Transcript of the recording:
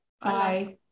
Bye